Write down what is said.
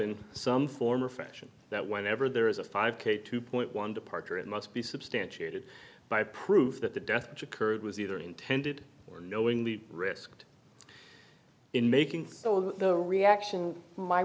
in some form or fashion that whenever there is a five k two point one departure it must be substantiated by proof that the death to curd was either intended or knowingly risked in making so the reaction my